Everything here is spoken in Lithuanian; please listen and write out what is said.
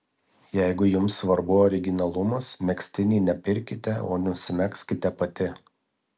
jeigu jums svarbu originalumas megztinį ne pirkite o nusimegzkite pati